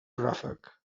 ràfec